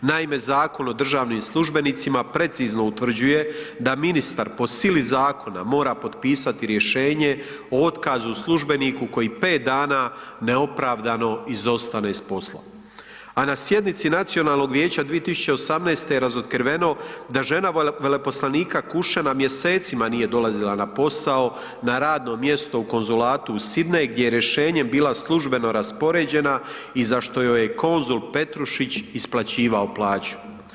Naime, Zakon o državnim službenicima precizno utvrđuje da ministar po sili zakona mora potpisati rješenje o otkazu službeniku koji 5 dana neopravdano izostane s posla, a na sjednici Nacionalnog vijeća 2018. je razotkriveno da žena veleposlanika Kušena mjesecima nije dolazila na posao na radno mjesto u Konzulatu u Sydney gdje je rješenjem bila službeno raspoređena i za što joj je konzul Petrušić isplaćivao plaću.